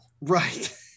Right